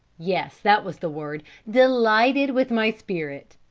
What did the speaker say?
yes, that was the word, delighted with my spirit.